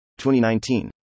2019